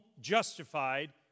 justified